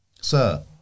Sir